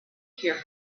here